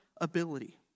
ability